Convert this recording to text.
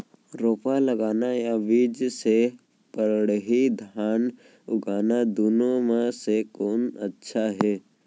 रोपा लगाना या बीज से पड़ही धान उगाना दुनो म से कोन अच्छा हे?